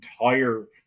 entire